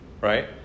Right